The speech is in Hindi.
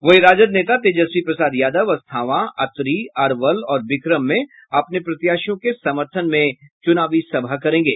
वहीं राजद नेता तेजस्वी प्रसाद यादव अस्थावां अतरी अरवल और विक्रम में अपने प्रत्याशियों के समर्थन में चूनावी सभा करेंगे